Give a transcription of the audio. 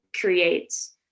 creates